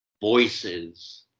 voices